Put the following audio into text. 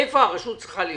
איפה הרשות צריכה להיות.